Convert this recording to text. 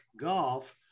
Golf